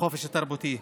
החופש התרבותי,